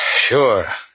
Sure